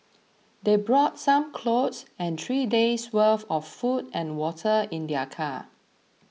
they brought some clothes and three days' worth of food and water in their car